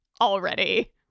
already